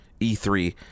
E3